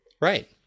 Right